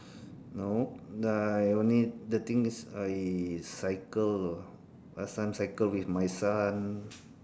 no I only the things I cycle last time cycle with my son